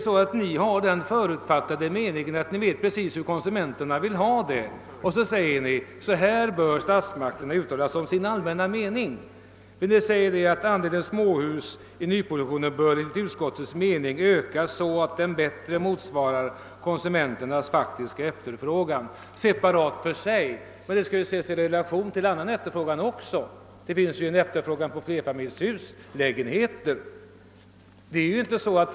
Nej, ni har den förutfattade meningen, att ni vet precis hur konsumenterna vill ha det, och så säger ni: Det och det bör statsmakterna uttala som sin allmänna mening. Ni föreslår i reservationen 2 följande formulering: »Andelen småhus i nyproduktionen bör enligt utskottets mening ökas så att den bättre motsvarar konsumenternas faktiska efterfrågan.» Men frågan skall ses i relation till annan efterfrågan också — det finns ju en efterfrågan på lägenheter i flerfamiljshus.